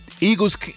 Eagles